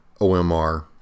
OMR